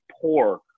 poor